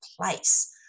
place